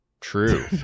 True